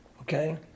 okay